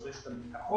של מערכת הביטחון,